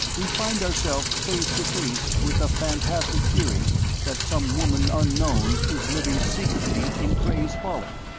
we find ourselves face to face with the fantastic theory that some woman unknown is living secretly in cray's folly.